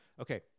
Okay